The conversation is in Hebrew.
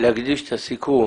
להקדיש את הסיכום